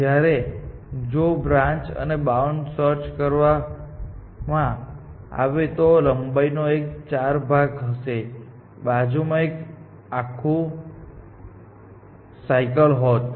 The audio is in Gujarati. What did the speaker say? જ્યારે જો બ્રાન્ચ અને બાઉન્ડ સર્ચ કરવામાં આવે તો તે લંબાઈનો એક ચાર ભાગ હશે બાજુમાં એક આખું સાયકલ હોત